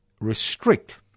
restrict